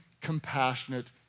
compassionate